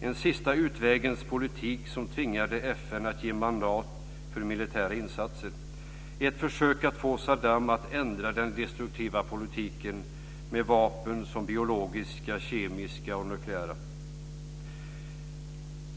en "sista-utvägens-politik" som tvingade FN att ge mandat för militära insatser. Det var ett försök att få Saddam Hussein att ändra den destruktiva politiken med biologiska, kemiska och nukleära vapen.